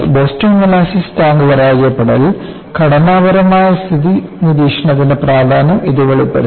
Boston molasses tank പരാജയപ്പെടലിൽ ഘടനാപരമായ സ്ഥിതി നിരീക്ഷണത്തിന്റെ പ്രാധാന്യം ഇത് വെളിപ്പെടുത്തി